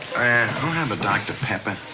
i'll have a dr pepper.